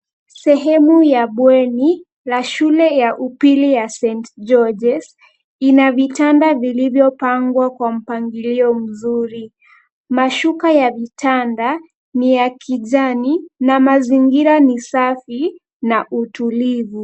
Sehemu ya bweni, ya shule ya upili ya St. Georges , ina vitanda vilivyopangwa kwa mpangilio mzuri, mashuka ya vitanda, ni ya kijani, na mazingira ni safi, na utulivu.